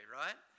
right